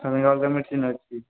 ତା' ପାଇଁ ମେଡ଼ିସିନ୍ ଅଛି